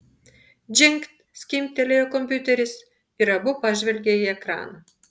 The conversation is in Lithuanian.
džingt skimbtelėjo kompiuteris ir abu pažvelgė į ekraną